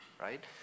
right